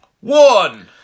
one